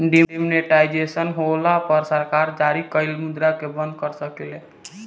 demonetisation होला पर सरकार जारी कइल मुद्रा के बंद कर सकेले